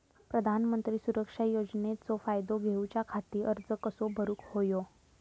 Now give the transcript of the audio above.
प्रधानमंत्री सुरक्षा योजनेचो फायदो घेऊच्या खाती अर्ज कसो भरुक होयो?